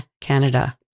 Canada